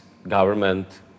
government